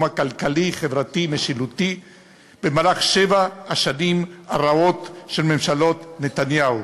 הכלכלי-חברתי-משילותי במהלך שבע השנים הרעות של ממשלות נתניהו: